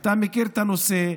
אתה מכיר את הנושא.